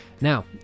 Now